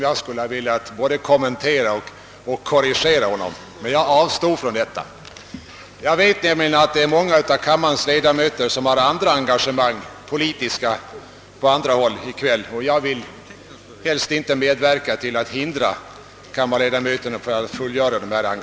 Jag skulle ha velat både kommentera och korrigera honom på åtskilliga punkter, men jag avstod från det. Jag vet nämligen att många av kammarens ledamöter har politiska engagemang i kväll på andra håll, och jag ville inte hindra dem från att fullgöra de uppgifterna.